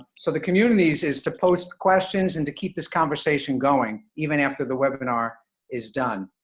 so the communities is to post questions and to keep this conversation going, even after the webinar is done.